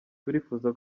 turifuza